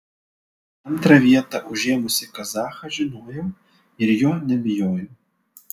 antrą vietą užėmusį kazachą žinojau ir jo nebijojau